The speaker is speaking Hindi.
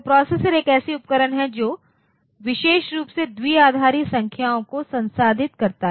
तो प्रोसेसर एक ऐसा उपकरण है जो विशेष रूप से द्विआधारी संख्याओं को संसाधित करता है